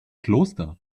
kloster